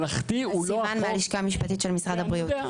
סיון, מהלשכה המשפטית של משרד הבריאות.